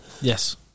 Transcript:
Yes